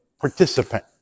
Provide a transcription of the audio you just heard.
participant